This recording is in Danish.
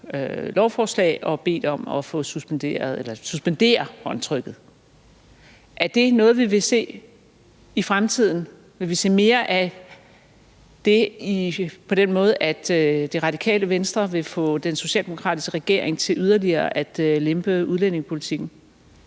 lovforslag og dermed bedt om at suspendere håndtrykket. Er det noget, vi vil se i fremtiden? Vil vi se mere af det, altså at Det Radikale Venstre vil få den socialdemokratiske regering til yderligere at lempe udlændingepolitikken?